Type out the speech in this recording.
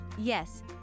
Yes